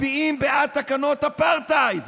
מצביעים בעד תקנות אפרטהייד.